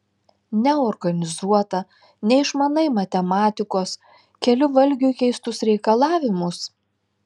neorganizuota neišmanai matematikos keli valgiui keistus reikalavimus